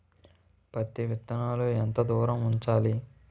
పత్తి విత్తనాలు ఎంత దూరంలో ఉంచాలి?